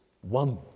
one